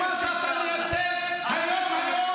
אם אתה רוצה, אנחנו גם נשלם לך את הכרטיס לעזה.